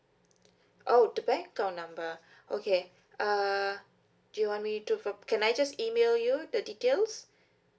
oh the bank account number okay uh do you want me to fill up can I just email you the details